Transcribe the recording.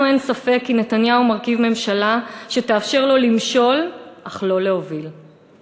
לנו אין ספק כי נתניהו מרכיב ממשלה שתאפשר לו למשול אך לא להוביל,